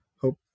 hope